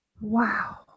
wow